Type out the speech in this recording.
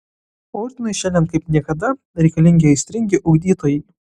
ordinui šiandien kaip niekada reikalingi aistringi ugdytojai